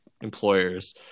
employers